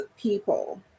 people